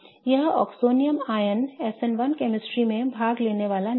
यह oxonium ion SN1 chemistry में भाग लेने वाला नहीं है